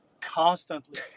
constantly